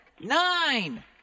nine